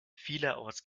vielerorts